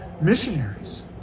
missionaries